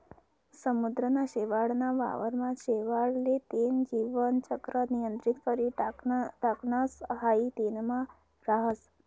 समुद्रना शेवाळ ना वावर मा शेवाळ ले तेन जीवन चक्र नियंत्रित करी टाकणस हाई तेनमा राहस